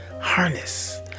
Harness